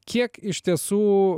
kiek iš tiesų